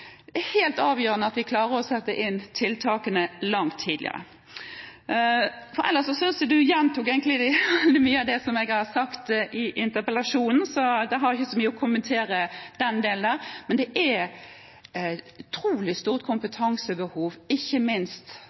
vi klarer å sette inn tiltakene langt tidligere. Ellers synes jeg du egentlig bare gjentok mye av det som jeg har sagt i interpellasjonen, så jeg har ikke så mange kommentarer til den delen. Men det er et utrolig stort kompetansebehov, og ikke minst